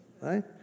right